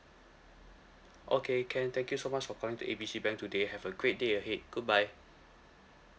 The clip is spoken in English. okay can thank you so much for calling to A B C bank today have a great day ahead goodbye